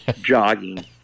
jogging